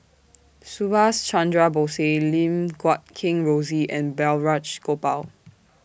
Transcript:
Subhas Chandra Bose Lim Guat Kheng Rosie and Balraj Gopal